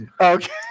Okay